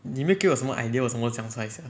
你没有给我什么 idea 我怎样讲出来 sia